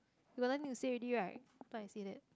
you got nothing to say already right thought I say that